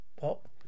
Pop